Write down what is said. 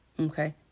Okay